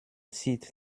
sieht